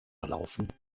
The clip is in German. laufen